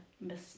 miss